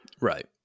right